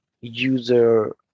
user